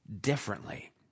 differently